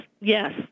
yes